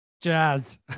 jazz